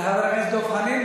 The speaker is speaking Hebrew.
לחבר הכנסת דב חנין,